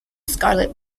scarlett